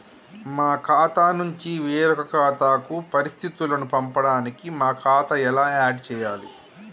మా ఖాతా నుంచి వేరొక ఖాతాకు పరిస్థితులను పంపడానికి మా ఖాతా ఎలా ఆడ్ చేయాలి?